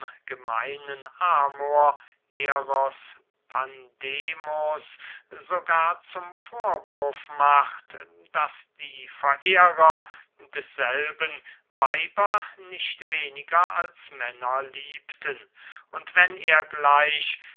gemeinen amor eros pandemos sogar zum vorwurf macht daß die verehrer desselben weiber nicht weniger als männer liebten und wenn er gleich